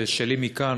מכאן,